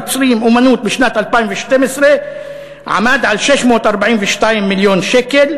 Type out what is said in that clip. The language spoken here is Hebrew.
יוצרים בשנת 2012 היה 642 מיליון שקל,